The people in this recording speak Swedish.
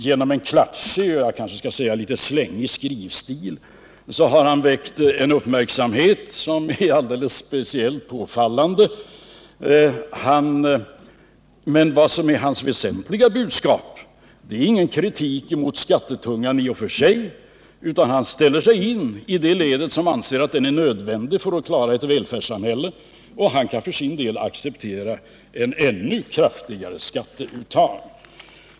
Genom en klatschig och jag kanske skall säga litet slängig skrivstil har han väckt en uppmärksamhet som är speciellt påfallande, men hans budskap är ingen kritik mot skattebördan i och för sig. Han ställer in sig i ledet bland dem som anser att den är nödvändig för att klara ett välfärdssamhälle, och han kan för sin del acceptera ett ännu kraftigare skatteuttag.